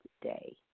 day